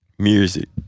Music